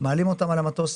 מעלים אותם על המטוס,